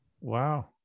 wow